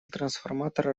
трансформатора